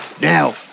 Now